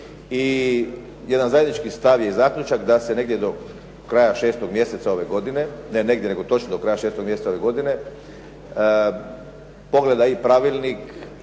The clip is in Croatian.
I jedan zajednički stav i zaključak da se negdje do kraja šestog mjeseca ove godine, ne negdje nego točno do kraja šestog mjeseca ove godine pogleda i pravilnik,